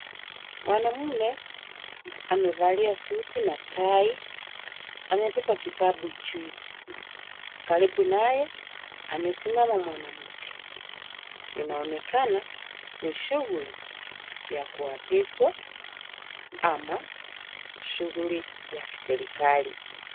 Mwanaume amevalia suti na tai. Amebeba kitabu juu. Karibu naye amesimama mwanamke. Inaonekana ni shughuli ya kuapishwa ama shughuli ya kiserikali.